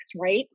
right